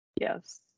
Yes